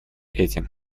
этим